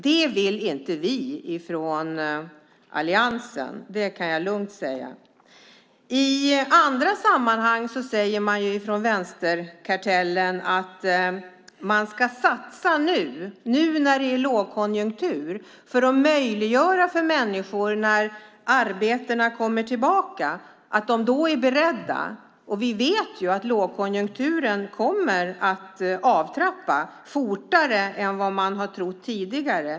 Det vill inte vi från alliansen, det kan jag lugnt säga. I andra sammanhang säger man från vänsterkartellen att vi ska satsa nu när det är lågkonjunktur så att människor när arbetena kommer tillbaka är beredda. Vi vet att långkonjunkturen kommer att avtrappa fortare än vad man har trott tidigare.